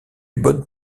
bonne